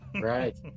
Right